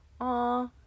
aw